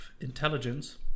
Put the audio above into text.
intelligence